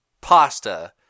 pasta